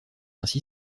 ainsi